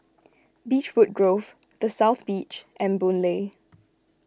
Beechwood Grove the South Beach and Boon Lay